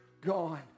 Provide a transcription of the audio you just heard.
gone